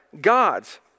God's